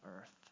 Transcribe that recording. earth